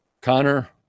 Connor